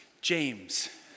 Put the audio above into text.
James